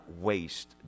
waste